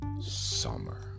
summer